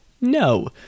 no